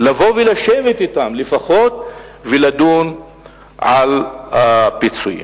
לבוא ולשבת אתם, לפחות, ולדון על הפיצוי.